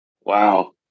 wow